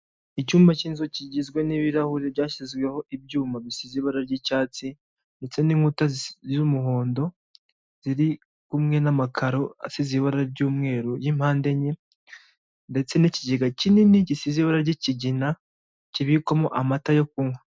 Icyumba k'inzu kigizwe n'ibirahuri byashyizweho ibyuma bisize ibara ry'icyatsi, ndetse n'inkuta z'umuhondo ziri kumwe n'amakaro asize ibara ry'umweru y'impande enye, ndetse n'ikigega kinini gisize ibara ry'ikigina kibikwamo amata yo kunywa.